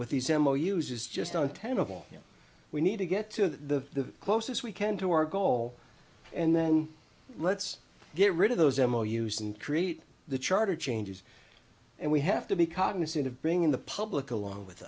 with these ammo uses just on ten of all we need to get to the closest we can to our goal and then let's get rid of those m o use and create the charter changes and we have to be cognizant of bringing the public along with